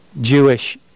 Jewish